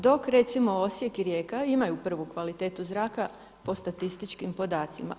Dok recimo Osijek i Rijeka imaju prvu kvalitetu zraka po statističkim podacima.